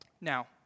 Now